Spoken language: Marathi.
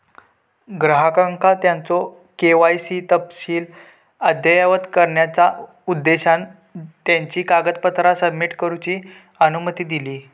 ग्राहकांका त्यांचो के.वाय.सी तपशील अद्ययावत करण्याचा उद्देशान त्यांची कागदपत्रा सबमिट करूची अनुमती दिली